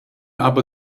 aber